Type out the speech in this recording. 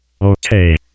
Okay